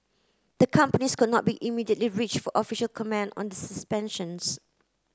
the companies could not be immediately reached for official comment on the suspensions